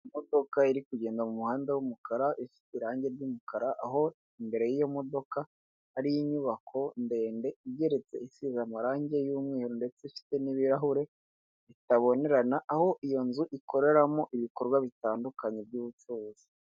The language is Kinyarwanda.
Imodoka iri kugenda mumuhanda w'umukara ifite irangi ry'umukara aho imbere yiyo modoka hari nyubako ndende igeretse isize amarangi y'umweru ndetse ifite n'ibirahure bitabonerana aho iyo nzu ikoreramo ibikorwa bitandukanye by'ubucuruzi.